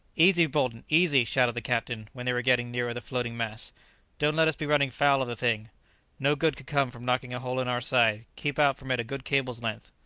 easy, bolton, easy! shouted the captain when they were getting nearer the floating mass don't let us be running foul of the thing no good could come from knocking a hole in our side keep out from it a good cable's length.